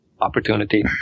opportunity